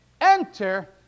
enter